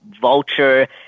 Vulture